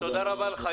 אז תודה רבה לך.